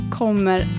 kommer